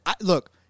look